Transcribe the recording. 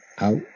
out